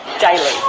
daily